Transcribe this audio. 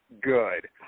good